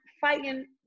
fighting